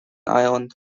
ireland